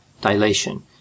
dilation